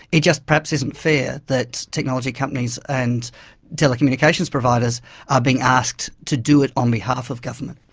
it just perhaps isn't fair that technology companies and telecommunications providers are being asked to do it on behalf of government.